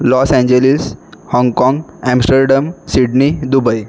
Los Angeles Hong Kong Amsterdam Sydney Dubai